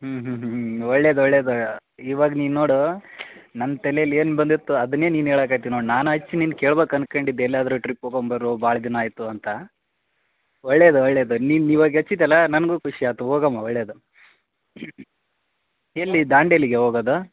ಹ್ಞೂ ಹ್ಞೂ ಹ್ಞೂ ಹ್ಞೂ ಒಳ್ಳೆಯದ್ ಒಳ್ಳೆಯದು ಇವಾಗ ನೀನು ನೋಡು ನನ್ನ ತಲೆಯಲ್ಲಿ ಏನು ಬಂದಿತ್ತು ಅದನ್ನೇ ನೀನು ಹೇಳಾಕತ್ತಿ ನೋಡು ನಾನು ಹಚ್ಚಿ ನೀನು ಕೇಳ್ಬೇಕು ಅನ್ಕಂಡಿದ್ದೆ ಎಲ್ಲಾದರು ಟ್ರಿಪ್ ಹೋಗಮ್ ಬರ್ರೋ ಭಾಳ್ ದಿನ ಆಯಿತು ಅಂತ ಒಳ್ಳೆಯದು ಒಳ್ಳೆಯದು ನೀನು ಇವಾಗ ಹಚ್ಚಿದಲ್ಲಾ ನನಗೂ ಖುಷಿ ಆತು ಹೋಗಮ ಒಳ್ಳೆಯದು ಎಲ್ಲಿ ದಾಂಡೇಲಿಗ ಹೋಗದು